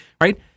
Right